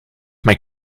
mijn